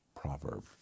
proverb